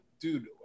dude